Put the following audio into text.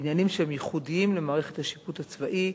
בעניינים שהם ייחודיים למערכת השיפוט הצבאי,